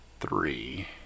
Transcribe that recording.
three